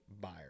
buyer